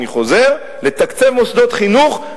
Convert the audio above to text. אני חוזר: לתקצב מוסדות חינוך,